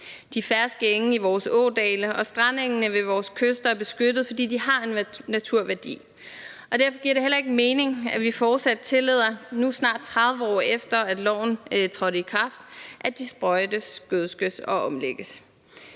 De ferske enge i vores ådale og strandengene ved vores kyster er beskyttet, fordi de har en naturværdi. Derfor giver det heller ikke mening, at vi fortsat tillader, nu snart 30 år efter at loven trådte i kraft, at de sprøjtes, gødskes og omlægges.